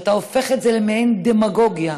שאתה הופך את זה למעין דמגוגיה.